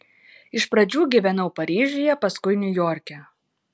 iš pradžių gyvenau paryžiuje paskui niujorke